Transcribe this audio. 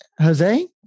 Jose